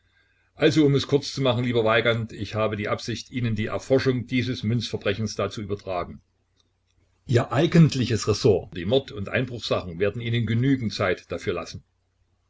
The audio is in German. also um es kurz zu machen lieber weigand ich habe die absicht ihnen die erforschung dieses münzverbrechens da zu übertragen ihr eigentliches ressort die mord und einbruchsachen werden ihnen genügend zeit dafür lassen